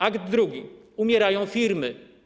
Akt drugi: umierają firmy.